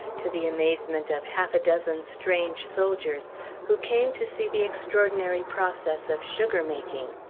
to the amazement of half a dozen strange soldiers who came to see the extraordinary process of sugar-making.